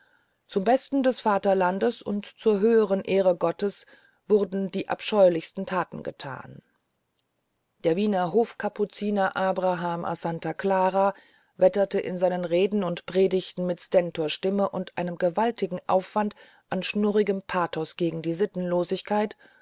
zum besten des vaterlandes und zu höherer ehre gottes wurden die abscheulichsten taten getan der wiener hofkapuziner abraham a santa clara wetterte in seinen reden und predigten mit stentorstimme und einem gewaltigen aufwand an schnurrigem pathos gegen die